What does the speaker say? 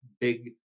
big